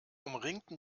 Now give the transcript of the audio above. umringten